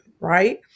right